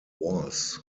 was